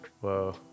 Whoa